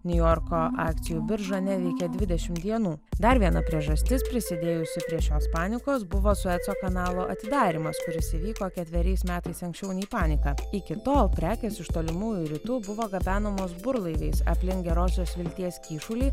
niujorko akcijų birža neveikė dvidešimt dienų dar viena priežastis prisidėjusi prie šios panikos buvo sueco kanalo atidarymas kuris įvyko ketveriais metais anksčiau nei panika iki tol prekės iš tolimųjų rytų buvo gabenamos burlaiviais aplink gerosios vilties kyšulį